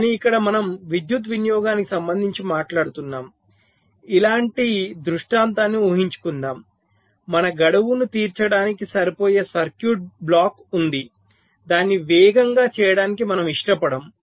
కానీ ఇక్కడ మనం విద్యుత్ వినియోగానికి సంబంధించి మాట్లాడుతున్నాం ఇలాంటి దృష్టాంతాన్ని ఊహించుకుందాం మన గడువును తీర్చడానికి సరిపోయే సర్క్యూట్ బ్లాక్ ఉంది దాన్ని వేగంగా చేయడానికి మనము ఇష్టపడము